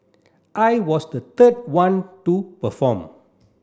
I was the third one to perform